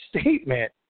statement